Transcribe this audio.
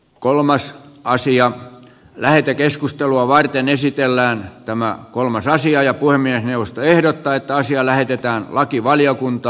kolmas karsia lähetekeskustelua varten esitellään tämän kolme naisia ja kuoleminen neuvosto ehdottaa että asiaa lähdetään lakivaliokunta